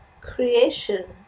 creation